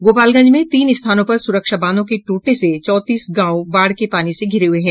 गोपालगंज में तीन स्थानों पर सुरक्षा बांधों के टूटने से चौंतीस गांव बाढ़ के पानी से घिरे हुये हैं